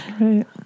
Right